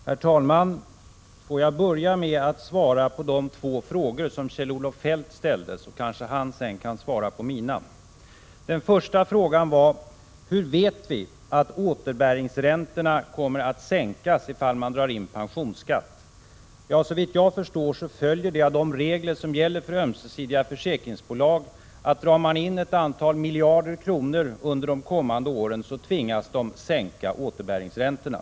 Herr talman! Låt mig börja med att svara på de två frågor som Kjell-Olof Feldt ställde, så kanske han sedan kan svara på mina. Den första frågan var: Hur vet vi att återbäringsräntorna kommer att sänkas ifall man drar in pengar med pensionsskatt? Såvitt jag förstår följer det av de regler som gäller för ömsesidiga försäkringsbolag, att drar man in ett antal miljarder under de kommande åren så tvingas bolagen sänka återbäringsräntorna.